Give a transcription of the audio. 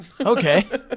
Okay